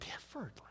differently